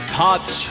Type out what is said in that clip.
touch